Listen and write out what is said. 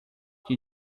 que